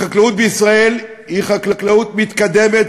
החקלאות בישראל היא חקלאות מתקדמת,